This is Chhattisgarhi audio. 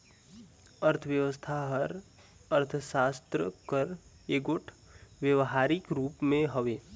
अर्थबेवस्था हर अर्थसास्त्र कर एगोट बेवहारिक रूप हवे